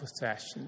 possession